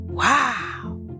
Wow